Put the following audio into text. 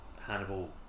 Hannibal